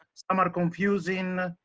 some are confusing.